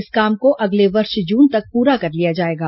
इस काम को अगले वर्ष जून तक पूरा कर लिया जाएगा